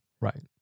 Right